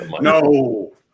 No